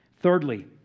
Thirdly